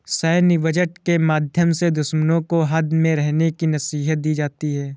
सैन्य बजट के माध्यम से दुश्मनों को हद में रहने की नसीहत दी जाती है